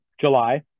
July